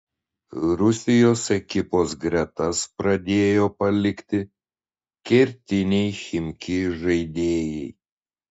rusijos ekipos gretas pradėjo palikti kertiniai chimki žaidėjai